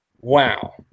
wow